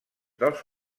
dels